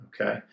Okay